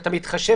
שאתה מתחשב